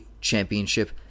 Championship